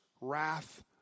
wrath